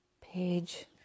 page